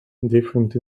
different